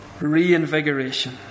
reinvigoration